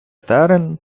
терен